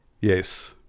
Yes